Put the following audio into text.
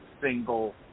single